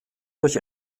durch